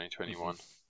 2021